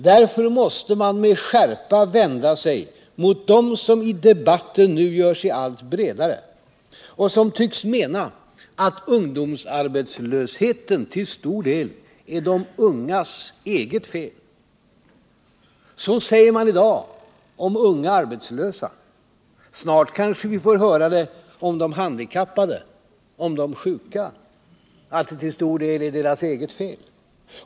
Därför måste man med skärpa vända sig mot dem som i debatten nu gör sig allt bredare och som tycks mena att ungdomsarbetslösheten till stor del är de ungas eget fel. Så säger man i dagom unga arbetslösa. Snart kanske vi får höra det om de handikappade och om de sjuka —att det till stor del är deras eget fel.